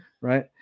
Right